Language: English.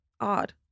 odd